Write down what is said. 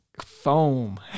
foam